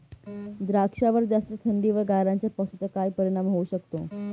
द्राक्षावर जास्त थंडी व गारांच्या पावसाचा काय परिणाम होऊ शकतो?